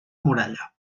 muralla